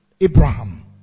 Abraham